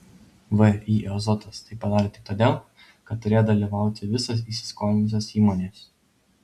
vį azotas tai padarė tik todėl kad turėjo dalyvauti visos įsiskolinusios įmonės